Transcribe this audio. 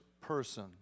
person